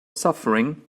suffering